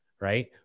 right